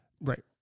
right